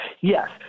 Yes